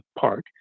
park